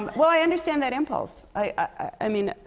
um well, i understand that impulse. i mean,